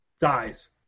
dies